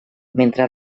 mentre